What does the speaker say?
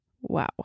Wow